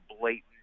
blatant